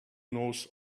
knows